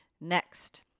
next